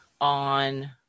on